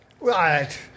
Right